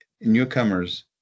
Newcomers